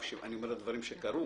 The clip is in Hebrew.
אני מדבר על דברים שקרו